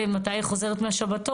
אנחנו גוררים רגליים כבר הרבה זמן.